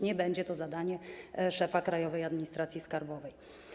Nie będzie to zadanie szefa Krajowej Administracji Skarbowej.